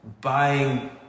buying